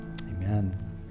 Amen